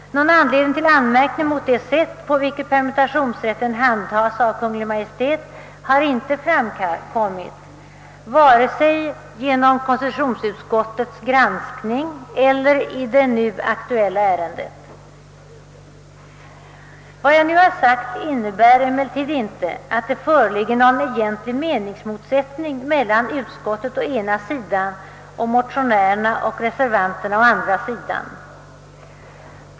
Någon anledning till anmärkning mot det sätt på vilket permutationsrätten handhas av Kungl. Maj:t har inte framkommit vare sig genom konstitutionsutskottets granskning eller i det nu aktuella ärendet. Vad jag nu har sagt innebär emellertid inte att det föreligger någon egentlig meningsmotsättning mellan utskottet å ena sidan och motionärerna och reservanterna å andra sidan.